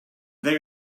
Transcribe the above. they